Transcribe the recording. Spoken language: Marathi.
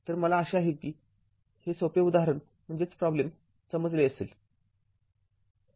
तर मला आशा आहे की हे सोपे उदाहरण समजले असेल